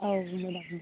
औ मेडाम